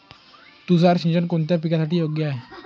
तुषार सिंचन कोणत्या पिकासाठी योग्य आहे?